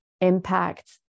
impact